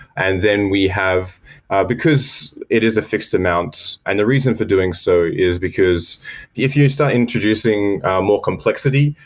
and then we have because it is a fixed amount, and the reason for doing so is because if you start introducing more complexity,